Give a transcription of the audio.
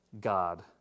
God